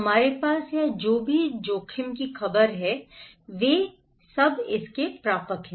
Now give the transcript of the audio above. हमारे पास या जो जोखिम में हैं जो जोखिम में हैं वे इसके प्रापक हैं